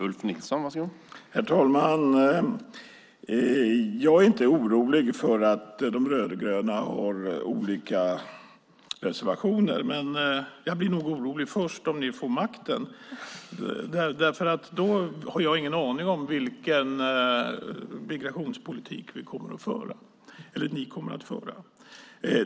Herr talman! Jag är inte orolig för att De rödgröna har olika reservationer. Jag blir nog orolig först om ni får makten, därför att då har jag ingen aning om vilken migrationspolitik ni kommer att föra.